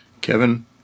Kevin